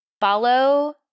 follow